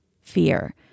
fear